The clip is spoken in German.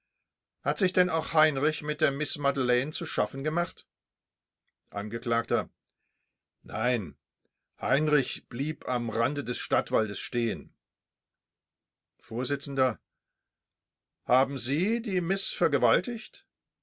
hat sich denn auch heinrich mit der miß madelaine zu schaffen gemacht angekl nein heinrich blieb am rande des stadtwaldes stehen vors haben sie die miß vergewaltigt